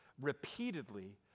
repeatedly